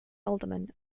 alderman